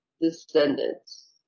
descendants